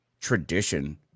tradition